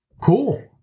cool